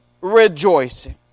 rejoicing